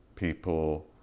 people